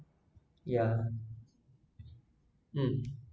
yeah mm